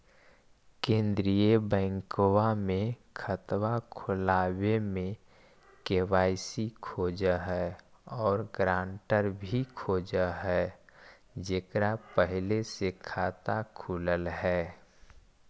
केंद्रीय बैंकवा मे खतवा खोलावे मे के.वाई.सी खोज है और ग्रांटर भी खोज है जेकर पहले से खाता खुलल है?